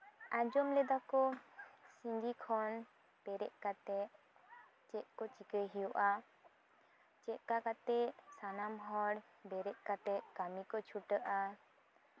ᱟᱸᱡᱚᱢ ᱞᱮᱫᱟᱠᱚ ᱥᱤᱸᱜᱤ ᱠᱷᱚᱱ ᱵᱮᱨᱮᱫ ᱠᱟᱛᱮᱜ ᱪᱮᱫ ᱠᱚ ᱪᱤᱠᱟᱹᱭ ᱦᱩᱭᱩᱜᱼᱟ ᱪᱮᱫ ᱠᱟ ᱠᱟᱛᱮᱜ ᱥᱟᱱᱟᱢ ᱦᱚᱲ ᱵᱮᱨᱮᱫ ᱠᱟᱛᱮᱜ ᱠᱟᱢᱤ ᱠᱚ ᱪᱷᱩᱴᱟᱹᱜᱼᱟ